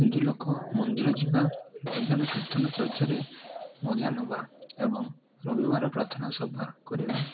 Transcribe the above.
ହିନ୍ଦୁଲୋକ ମନ୍ଦିର ଯିବା ଭଜନ କୀର୍ତ୍ତନ ଚର୍ଚ୍ଚାରେ ମଜାନେବା ଏବଂ ରବିବାର ପ୍ରାର୍ଥନା ସଭା କରିବା